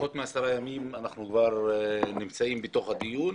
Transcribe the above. בפחות מעשרה ימים אנחנו כבר נמצאים בדיון.